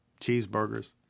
cheeseburgers